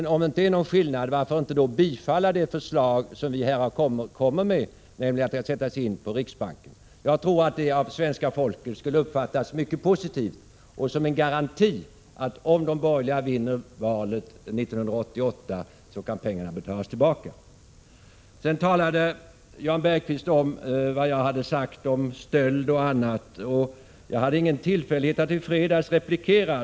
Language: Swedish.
Nå, om det inte är någon skillnad, varför inte bifalla det förslag vi här kommer med, nämligen att pengarna skall sättas in på riksbanken? Jag tror att det av svenska folket skulle uppfattas mycket positivt och som en garanti för att om de borgerliga vinner valet 1988 kan pengarna betalas tillbaka. Jan Bergqvist talade om stöld och annat. Jag hade i fredags inte tillfälle att replikera.